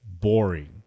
boring